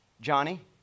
Johnny